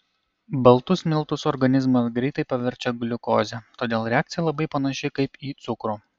baltus miltus organizmas greitai paverčia gliukoze todėl reakcija labai panaši kaip į cukrų